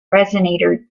resonator